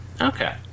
Okay